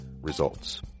Results